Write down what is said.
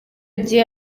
gihe